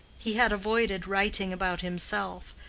he had avoided writing about himself,